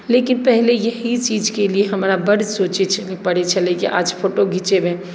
लेकिन पहिले इएह चीजके लिए हमरा बड्ड सोचैत छलै पड़ैत छलै कि आज फोटो घीँचेबै